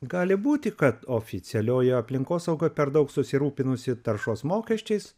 gali būti kad oficialioji aplinkosauga per daug susirūpinusi taršos mokesčiais